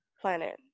planet